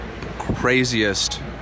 craziest